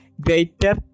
Greater